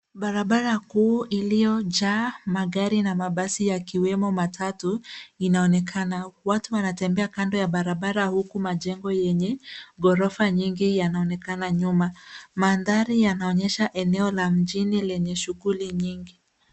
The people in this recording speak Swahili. Barabara kuu iliyo jaa magari na mabasi yakiwemo matatu inaonekana watu wanatembea kando ya barabara huku majengo yenye gorofa nyingi yanaonekana nyuma madhari yanaonyesha eneo la mjini lenye shughuli nyingi.